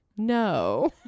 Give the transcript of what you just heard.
no